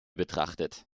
betrachtet